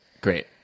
Great